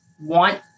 want